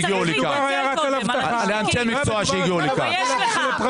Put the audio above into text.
אתה צריך להתנצל קודם, תתבייש לך.